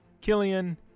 Killian